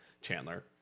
Chandler